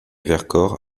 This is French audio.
vercors